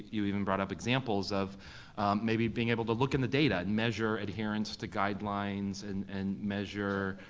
you even brought up examples of maybe being able to look in the data and measure adherence to guidelines and and measure